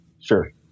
Sure